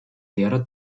lehrer